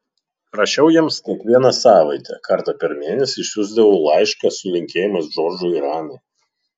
rašiau jiems kiekvieną savaitę kartą per mėnesį išsiųsdavau laišką su linkėjimais džordžui ir anai